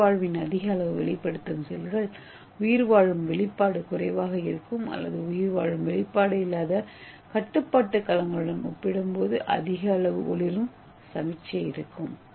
உயிர்வாழ்வின் அதிக அளவு வெளிப்படுத்தும் செல்கள் உயிர்வாழும் வெளிப்பாடு குறைவாக இருக்கும் அல்லது உயிர்வாழும் வெளிப்பாடு இல்லாத கட்டுப்பாட்டு கலங்களுடன் ஒப்பிடும்போது அதிக அளவு ஒளிரும் சமிக்ஞை இருக்கும்